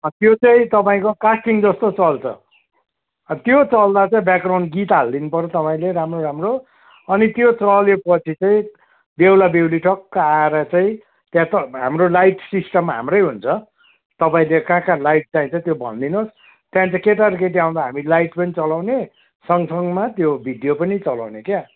त्यो चाहिँ तपाईँको कास्टिङ जस्तो चल्छ त्यो चल्दा चाहिँ ब्याकग्राउन्ड गीत हालिदिनु पऱ्यो तपाईँले राम्रो राम्रो अनि त्यो चलेपछि चाहिँ बेहुला बेहुली टक्क आएर चाहिँ त्यहाँ त हाम्रो लाइट सिस्टम हाम्रै हुन्छ तपाईँले कहाँ कहाँ लाइट चाहिन्छ त्यो भनिदिनु होस् त्यहाँदेखि चाहिँ केटा र केटी आउँदा हामी लाइट पनि चलाउने सँगसँगमा त्यो भिडियो पनि चलाउने क्या